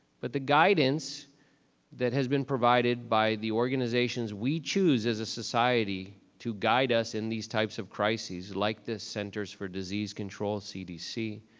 but the guidance that has been provided by the organizations we choose as a society to guide us in these types of crises, like this centers for disease control, cdc,